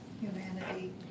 humanity